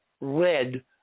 red